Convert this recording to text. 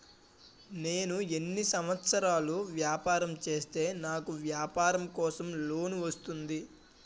నేను ఎన్ని సంవత్సరాలు వ్యాపారం చేస్తే నాకు వ్యాపారం కోసం లోన్ వస్తుంది?